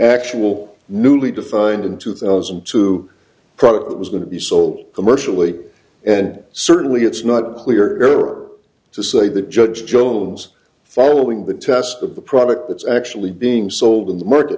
actual newly defined in two thousand and two product that was going to be sold commercially and certainly it's not clear are to say that judge jones following the task of the product that is actually being sold in the market